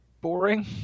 boring